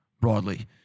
broadly